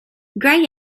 grey